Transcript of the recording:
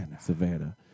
Savannah